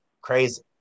Crazy